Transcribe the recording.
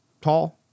tall